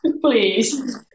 Please